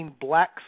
Black